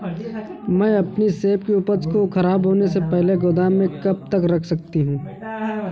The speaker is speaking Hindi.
मैं अपनी सेब की उपज को ख़राब होने से पहले गोदाम में कब तक रख सकती हूँ?